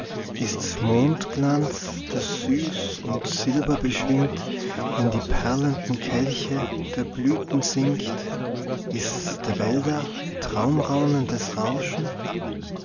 ist's mondglanz der süß und silberbeschwingt in die perlenden kelche der blüten sinkt ist's der wälder traumraunendes rauschen